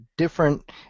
different